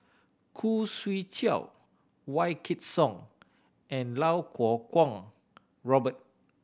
Khoo Swee Chiow Wykidd Song and Iau Kuo Kwong Robert